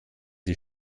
die